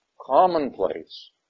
commonplace